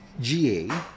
ga